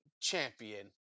champion